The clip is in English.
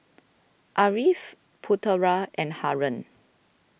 Ariff Putera and Haron